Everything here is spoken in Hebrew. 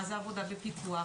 מה זה עבודה בפיקוח,